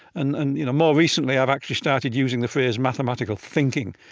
and and you know more recently, i've actually started using the phrase mathematical thinking.